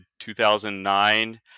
2009